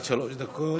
עד שלוש דקות, בבקשה.